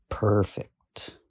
Perfect